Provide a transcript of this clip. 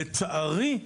אבל לצערי,